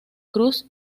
cruz